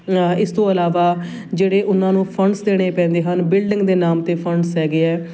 ਇਸ ਤੋਂ ਇਲਾਵਾ ਜਿਹੜੇ ਉਹਨਾਂ ਨੂੰ ਫੰਡਸ ਦੇਣੇ ਪੈਂਦੇ ਹਨ ਬਿਲਡਿੰਗ ਦੇ ਨਾਮ 'ਤੇ ਫੰਡਸ ਹੈਗੇ ਆ